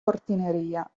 portineria